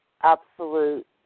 absolute